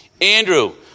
Andrew